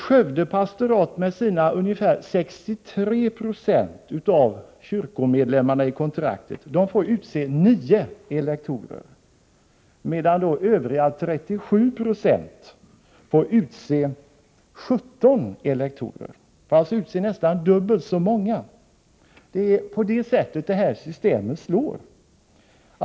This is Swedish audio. Skövde pastorat med ungefär 63 96 av kontraktets kyrkomedlemmar får utse 9 elektorer, medan övriga 37 9 får utse 17 elektorer — således nästan dubbelt så många. Det är så det här systemet slår.